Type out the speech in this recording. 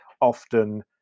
often